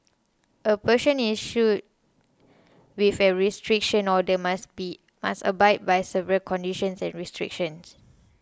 a person issued with a restriction order must be must abide by several conditions and restrictions